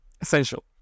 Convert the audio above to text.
essential